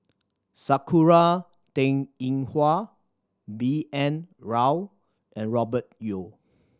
Sakura Teng Ying Hua B N Rao and Robert Yeo